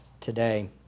today